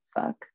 fuck